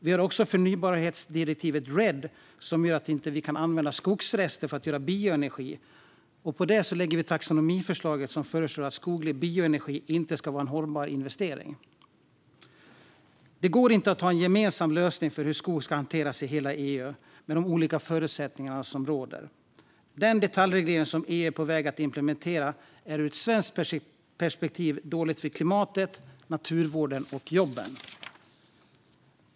Vi har också förnybarhetsdirektivet RED, som gör att vi inte kan använda skogsrester för att göra bioenergi. På detta lägger vi taxonomiförslaget, där det föreslås att skoglig bioenergi inte ska vara en hållbar investering. Med de olika förutsättningarna som råder går det inte att ha en gemensam lösning i hela EU för hur skog ska hanteras. Den detaljreglering som EU är på väg att implementera är ur ett svenskt perspektiv dålig för klimatet, naturvården och jobben.